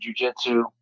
jujitsu